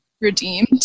redeemed